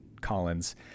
Collins